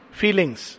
feelings